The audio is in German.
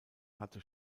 hatte